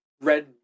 red